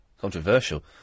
Controversial